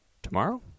tomorrow